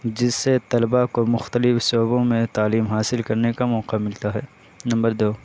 جس سے طلباء کو مختلف شعبوں میں تعلیم حاصل کرنے کا موکع ملتا ہے نمبر دو